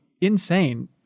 insane